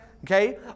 Okay